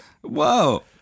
Whoa